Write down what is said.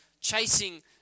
chasing